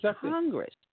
Congress